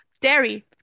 dairy